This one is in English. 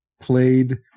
played